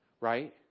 right